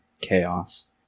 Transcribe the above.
chaos